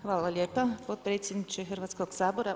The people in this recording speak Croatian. Hvala lijepo potpredsjedniče Hrvatskog sabora.